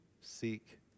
seek